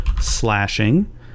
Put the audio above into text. Slashing